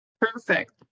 Perfect